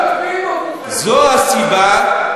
זו הסיבה,